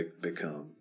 become